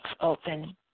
open